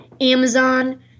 Amazon